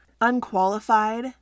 unqualified